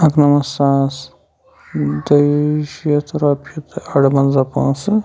اکہٕ نمتھ ساس دۄیہِ شیٖتھ رۄپیہِ تہٕ ارونٛزاہ ساس پونٛسہٕ